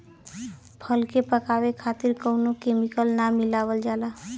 फल के पकावे खातिर कउनो केमिकल ना मिलावल जाला